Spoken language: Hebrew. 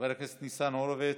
חבר הכנסת ניצן הורוביץ,